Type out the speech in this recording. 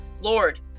Lord